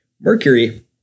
Mercury